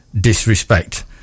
disrespect